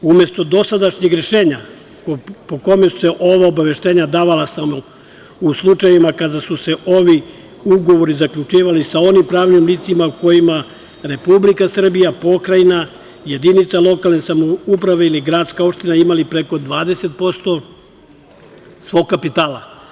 Umesto dosadašnjeg rešenja, po kome su se ova obaveštenja davala samo u slučajevima kada su se ovi ugovori zaključivali sa onim pravnim licima kojima Republika Srbija, pokrajina, jedinica lokalne samouprave ili gradska opština imali preko 20% svog kapitala.